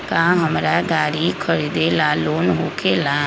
का हमरा गारी खरीदेला लोन होकेला?